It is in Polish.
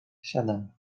siedem